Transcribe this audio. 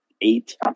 eight